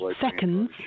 seconds